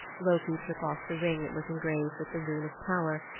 loki took off the ring that was engraved with the rune of power,